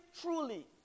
truly